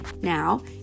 Now